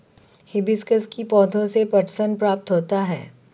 hibiscus के पौधे से पटसन प्राप्त होता है